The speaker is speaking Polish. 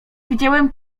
widziałem